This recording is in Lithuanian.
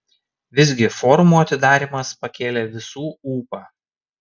visgi forumo atidarymas pakėlė visų ūpą